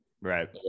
Right